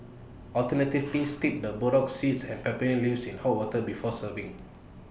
alternatively steep the burdock seeds and peppermint leaves in hot water before serving